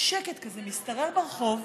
שקט כזה משתרר ברחוב